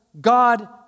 God